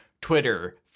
Twitter